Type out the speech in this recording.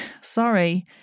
sorry